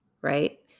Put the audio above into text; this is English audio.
right